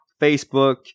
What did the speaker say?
facebook